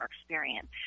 experience